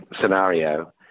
scenario